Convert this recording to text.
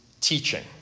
teaching